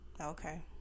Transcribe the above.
Okay